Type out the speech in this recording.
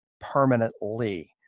permanently